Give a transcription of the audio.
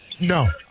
No